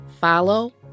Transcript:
Follow